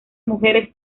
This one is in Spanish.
mujeres